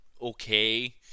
okay